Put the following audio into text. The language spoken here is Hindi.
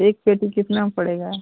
एक पेटी कितना पड़ेगा